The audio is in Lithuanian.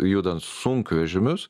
judant sunkvežimius